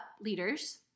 leaders